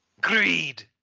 Greed